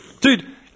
Dude